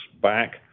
back